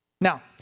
Now